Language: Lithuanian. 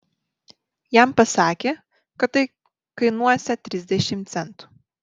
jam pasakė kad tai kainuosią trisdešimt centų